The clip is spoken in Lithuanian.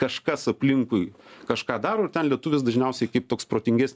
kažkas aplinkui kažką daro ir ten lietuvis dažniausiai kaip toks protingesnis